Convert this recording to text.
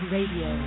Radio